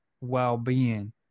well-being